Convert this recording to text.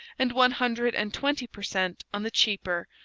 and one hundred and twenty per cent on the cheaper,